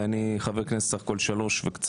ואני חבר כנסת בסך הכול 3 שנים,